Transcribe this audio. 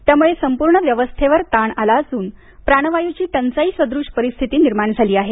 त्यामूळे संपूर्ण व्यवस्थेवर ताण आला असून प्राणवायूची टंचाई सद्रश परिस्थिती निर्माण झाली आहे